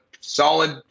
solid